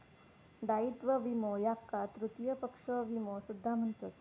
दायित्व विमो याका तृतीय पक्ष विमो सुद्धा म्हणतत